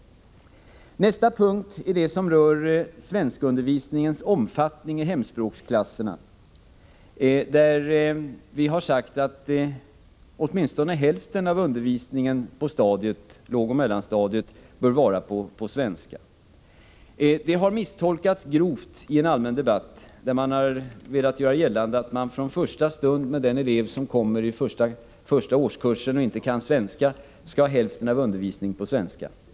Nästa punkt rör svenskundervisningens omfattning i hemspråksklasserna. Vi har sagt att åtminstone hälften av undervisningen på lågoch mellanstadiet bör vara på svenska. Detta har misstolkats grovt i den allmänna debatten, där man har velat göra gällande att den elev som när han kommer till första årskursen inte kan svenska skall få hälften av undervisningen på svenska.